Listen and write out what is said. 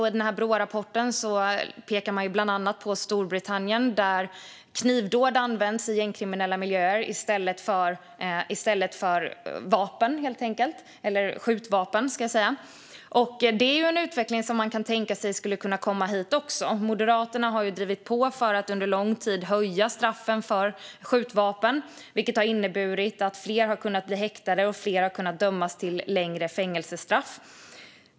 I Brårapporten pekar man bland annat på Storbritannien, där knivvåld används i gängkriminella miljöer i stället för skjutvapen. Det är en utveckling som man kan tänka sig skulle kunna komma även hit. Moderaterna har under lång tid drivit på för att höja straffen för skjutvapen, vilket har inneburit att fler har kunnat häktas och dömas till längre fängelsestraff.